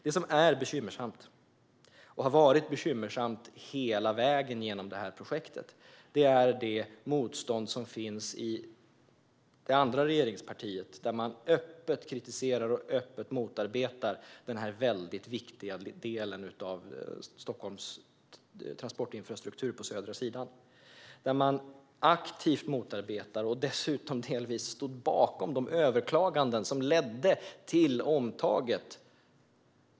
Det som är bekymmersamt och har varit bekymmersamt hela vägen genom projektet är det motstånd som finns i det andra regeringspartiet där man öppet kritiserar och motarbetar denna väldigt viktiga del av Stockholms transportinfrastruktur på södra sidan. Man motarbetar den aktivt och stod dessutom delvis bakom de överklaganden som ledde till omtaget.